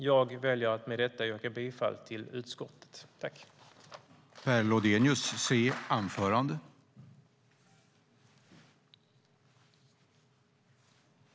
Jag väljer att med detta yrka bifall till utskottets förslag i betänkandet.